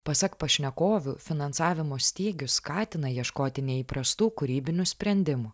pasak pašnekovių finansavimo stygius skatina ieškoti neįprastų kūrybinių sprendimų